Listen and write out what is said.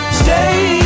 stay